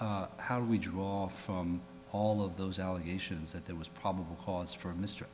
why how do we draw from all of those allegations that there was probable cause for m